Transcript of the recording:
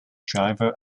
driver